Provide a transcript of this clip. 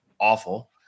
awful